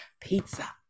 Pizza